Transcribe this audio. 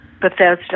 Bethesda